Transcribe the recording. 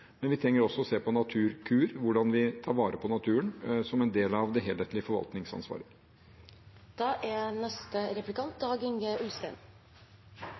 men vi trenger også å se på en naturkur – hvordan vi tar vare på naturen – som en del av det helhetlige